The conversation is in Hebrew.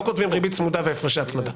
לא כותבים ריבית צמודה והפרשי הצמדה.